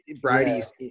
brady's